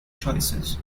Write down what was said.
choices